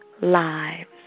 lives